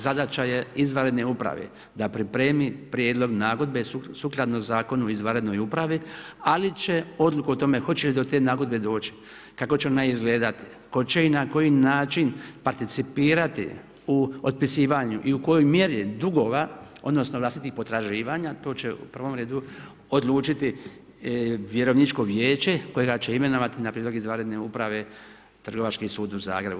Zadaća je izvanredne uprave da pripremi prijedlog nagodbe sukladno Zakonu o izvanrednoj upravi, ali će odluku o tome hoće li do te nagodbe doći, kako će ona izgledati, tko će i na koji način participirati u otpisivanju i u kojoj mjeri dugova odnosno vlastitih potraživanja to će u prvom redu odlučiti vjerovničko vijeće kojega će imenovati na prijedlog izvanredne uprave Trgovački sud u Zagrebu.